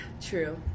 True